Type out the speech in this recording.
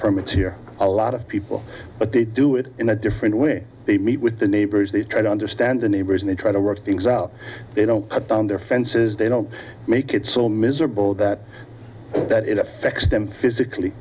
permits here a lot of people but they do it in a different way they meet with the neighbors they try to understand the neighbors and they try to work things out they don't cut down their fences they don't make it so miserable that that it affects them physically